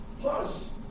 Plus